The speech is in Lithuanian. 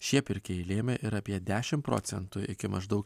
šie pirkėjai lėmė ir apie dešimt procentų iki maždaug